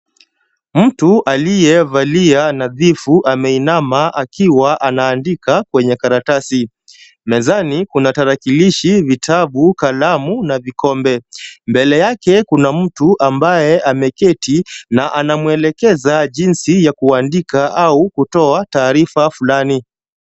Mtu aliyevalia nadhifu ameinama akiwa anaandika kwenye karatasi. Mezani kuna tarakilishi, vitabu, kalamu na vikombe. Mbele yake kuna mtu ambaye ameketi na anamwelekeza jinsi ya kuandika au kutoa taarifa fulani.